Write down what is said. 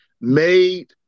made